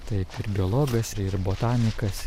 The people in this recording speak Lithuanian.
taip ir biologas ir botanikas